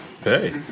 Hey